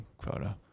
photo